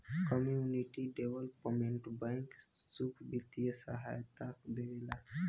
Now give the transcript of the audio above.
community development bank सुख बित्तीय सहायता देवेला